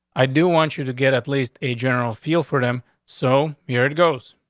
i do want you to get at least a general feel for them. so here it goes.